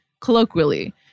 colloquially